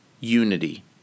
unity